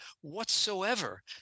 whatsoever